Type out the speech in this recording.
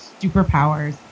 superpowers